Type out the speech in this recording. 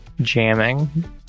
jamming